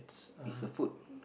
is a food